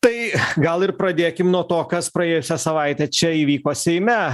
tai gal ir pradėkim nuo to kas praėjusią savaitę čia įvyko seime